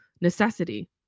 necessity